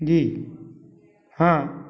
जी हाँ